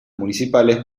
municipales